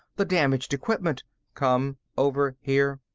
the damaged equipment come over here.